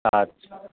আচ্ছা